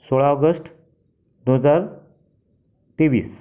सोळा ऑगश्ट दोन हजार तेवीस